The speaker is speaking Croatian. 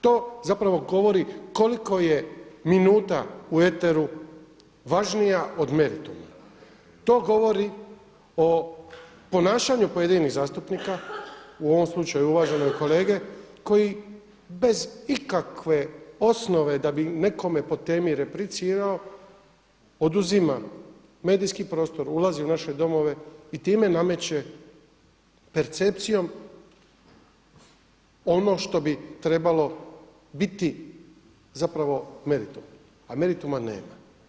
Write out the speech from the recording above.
To zapravo govori koliko je minuta u eteru važnija od merituma, to govori o ponašanju pojedinih zastupnika u ovom slučaju uvaženog kolege, koji bez ikakve osnove da bi nekome po temi replicirao oduzima medijski prostor, ulazi u naše domove i time nameće percepcijom ono što bi trebalo biti meritum, a merituma nema.